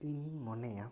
ᱤᱧᱤᱧ ᱢᱚᱱᱮᱭᱟ